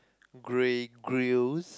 grey grills